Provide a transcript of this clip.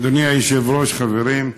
אדוני היושב-ראש, חברים.